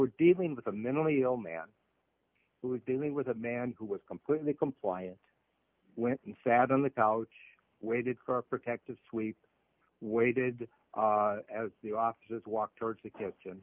are dealing with a mentally ill man who is dealing with a man who was completely compliant went and sat on the couch waited for a protective sweep waited as the officers walked towards the kitchen